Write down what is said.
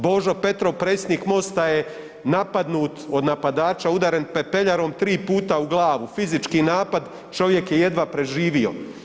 Božo Petrov predsjednik Mosta je napadnut od napadača, udaren pepeljarom tri puta u glavu, fizički napad, čovjek je jedva preživio.